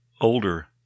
older